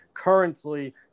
currently